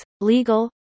legal